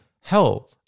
hell